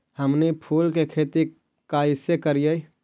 हमनी फूल के खेती काएसे करियय?